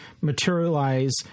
materialize